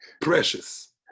Precious